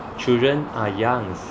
children are young